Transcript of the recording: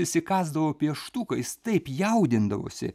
įsikąsdavo pieštuką jis taip jaudindavosi